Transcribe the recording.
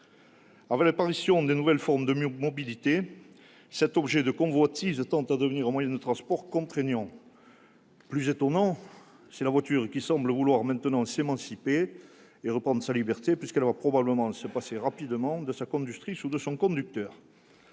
Avec l'apparition des nouvelles formes de mobilité, cet objet de convoitise tend à devenir un moyen de transport contraignant. Plus étonnant, c'est la voiture qui semble vouloir s'émanciper et reprendre sa liberté, puisqu'elle va probablement bientôt pouvoir se passer de conductrice ou de conducteur.